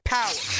Power